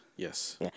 Yes